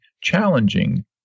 challenging